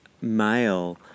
male